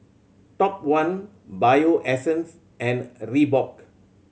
Top One Bio Essence and Reebok